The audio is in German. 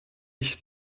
ich